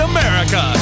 America